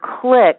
click